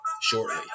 shortly